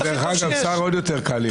דרך אגב, שר עוד יותר קל להיות.